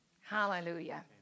Hallelujah